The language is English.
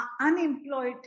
unemployed